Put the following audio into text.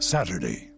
Saturday